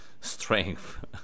strength